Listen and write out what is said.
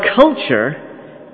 culture